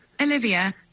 Olivia